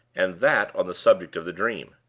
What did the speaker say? and that on the subject of the dream.